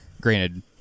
Granted